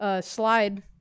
slide